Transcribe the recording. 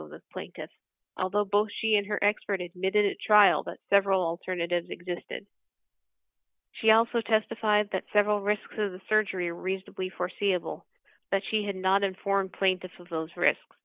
with the plaintiffs although both she and her expert admitted it trial but several alternatives existed she also testified that several risks of the surgery are reasonably foreseeable that she had not informed plaintiff of those risks